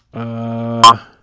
a